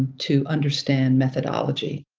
to understand methodology.